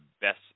best